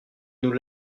nous